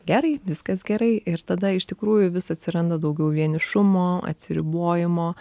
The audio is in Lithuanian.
gerai viskas gerai ir tada iš tikrųjų vis atsiranda daugiau vienišumo atsiribojimo